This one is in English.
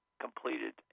completed